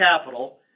capital